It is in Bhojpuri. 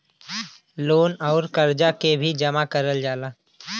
लोन अउर करजा के भी जमा करल जाला